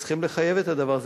שצריך לחייב את הדבר הזה,